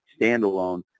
standalone